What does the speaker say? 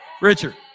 Richard